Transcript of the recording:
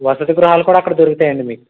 వసతి గృహాలు కూడా అక్కడ దొరుకుతాయండి మీకు